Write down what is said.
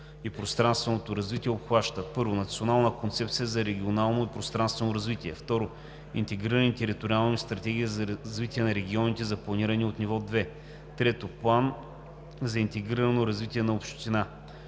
и пространственото развитие обхваща: 1. Национална концепция за регионално и пространствено развитие; 2. интегрирани териториални стратегии за развитие на регионите за планиране от ниво 2; 3. план за интегрирано развитие на община.